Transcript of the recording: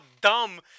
dumb